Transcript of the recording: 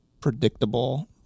predictable